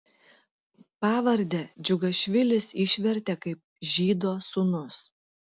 pavardę džiugašvilis išvertė kaip žydo sūnus